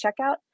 checkout